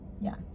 Yes